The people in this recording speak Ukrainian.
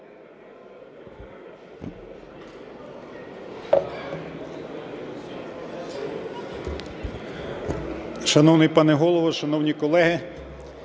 Шановний пане Голово, шановні колеги!